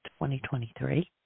2023